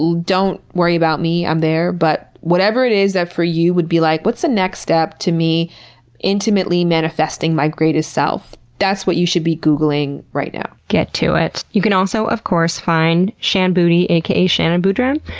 don't worry about me. i'm there. but whatever it is that for you would be like, what's the next step to me intimately manifesting my greatest self? that's what you should be googling right now. get to it. you can also, of course, find shan boody aka shannon boodram,